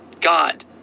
God